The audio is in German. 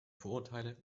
vorurteile